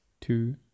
two